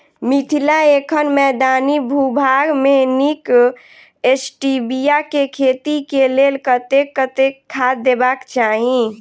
मिथिला एखन मैदानी भूभाग मे नीक स्टीबिया केँ खेती केँ लेल कतेक कतेक खाद देबाक चाहि?